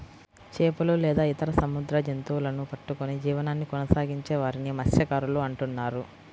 చేపలు లేదా ఇతర సముద్ర జంతువులను పట్టుకొని జీవనాన్ని కొనసాగించే వారిని మత్య్సకారులు అంటున్నారు